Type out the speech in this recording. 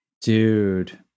Dude